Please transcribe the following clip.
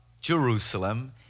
Jerusalem